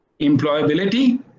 employability